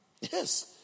Yes